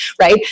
right